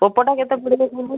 ଓପୋଟା କେତେ ପଡ଼ିବ କହୁନାହାନ୍ତି